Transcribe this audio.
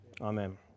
Amen